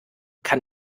kann